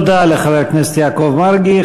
תודה לחבר הכנסת יעקב מרגי.